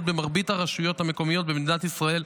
במרבית הרשויות המקומיות במדינת ישראל,